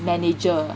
manager